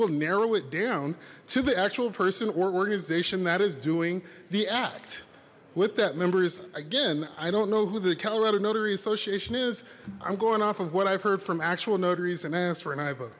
will narrow it down to the actual person or organization that is doing the act with that members again i don't know who the colorado notary association is i'm going off of what i've heard from actual notaries and ask for a